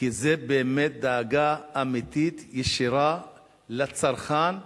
כי זו באמת דאגה אמיתית, ישירה, לצרכן,